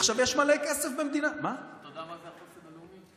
יש מלא כסף במדינת ישראל אתה יודע מה זה החוסן הלאומי?